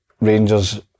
Rangers